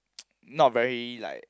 not very like